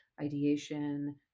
ideation